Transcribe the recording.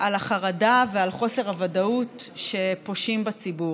על החרדה ועל חוסר הוודאות שפושים בציבור.